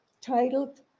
titled